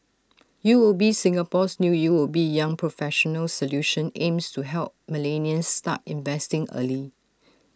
U O B Singapore's new U O B young professionals solution aims to help millennials start investing early